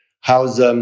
how's